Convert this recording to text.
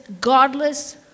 godless